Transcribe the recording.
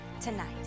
tonight